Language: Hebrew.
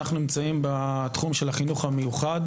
אנחנו נמצאים בתחום של החינוך המיוחד